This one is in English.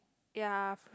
ya